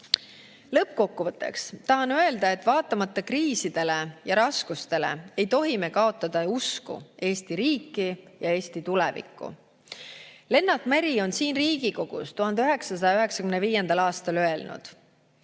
Lõppkokkuvõtteks tahan öelda, et vaatamata kriisidele ja raskustele ei tohi me kaotada usku Eesti riiki ja Eesti tulevikku. Lennart Meri on Riigikogus 1995. aastal öelnud: